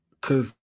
cause